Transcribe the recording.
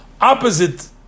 opposite